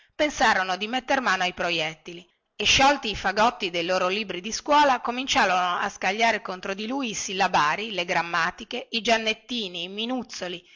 pensarono bene di metter mano ai proiettili e sciolti i fagotti de loro libri di scuola cominciarono a scagliare contro di lui i sillabari le grammatiche i giannettini i minuzzoli